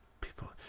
people